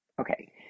Okay